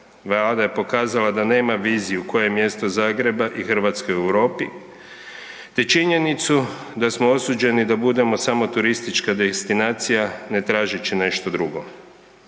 Vlada je pokazala da nema viziju koje je mjesto Zagreba i Hrvatske u Europi te činjenicu da smo osuđeni da budemo samo turistička destinacija ne tažeći nešto drugo.